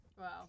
Wow